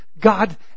God